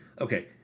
Okay